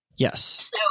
Yes